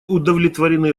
удовлетворены